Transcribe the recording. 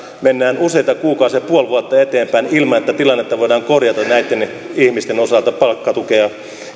mennään useita kuukausia puoli vuotta eteenpäin ilman että tilannetta voidaan korjata näitten ihmisten osalta palkkatukea